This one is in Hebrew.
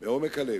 מעומק הלב,